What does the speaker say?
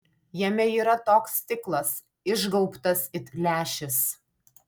jame yra toks stiklas išgaubtas it lęšis